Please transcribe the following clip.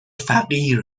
فقیر